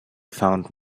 found